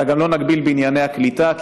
אלא גם לא נגביל בענייני הקליטה,